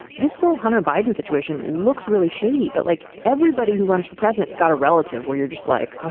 this whole hunter biden situation looks really shady. but like everybody who runs for president has got a relative where you're just like. ah